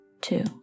Two